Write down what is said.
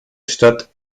stadt